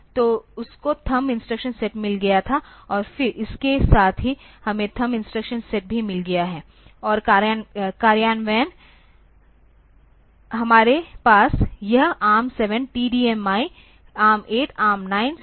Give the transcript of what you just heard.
तो उसको thumb instruction set मिल गया था और फिर इसके साथ ही हमें थंब इन्स्ट्रैक्शन सेट भी मिल गया है और कार्यान्वयन हमारे पास यह ARM 7 TDMI ARM 8 ARM 9 strong ARM है